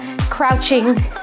crouching